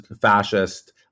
fascist